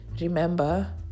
remember